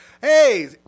Hey